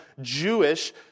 Jewish